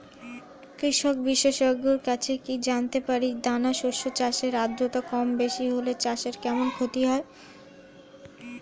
কৃষক বিশেষজ্ঞের কাছে কি জানতে পারি দানা শস্য চাষে আদ্রতা কমবেশি হলে চাষে কেমন ক্ষতি হয়?